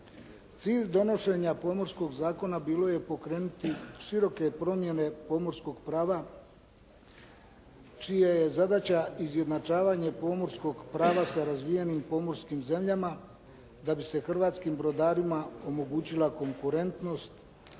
Cilj donošenja Pomorskog zakona bilo je pokrenuti široke promjene pomorskog prava čija je zadaća izjednačavanje pomorskog prava sa razvijenim pomorskim zemljama da bi se hrvatskim brodarima omogućila konkurentnost